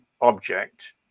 object